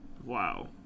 Wow